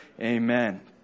amen